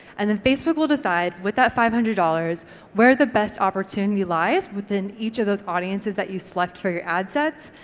and then facebook will decide with that five hundred dollars where the best opportunity lies within each of those audiences that you select for your ad sets,